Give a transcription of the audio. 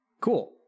Cool